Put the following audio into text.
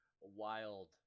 wild